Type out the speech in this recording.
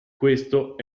questo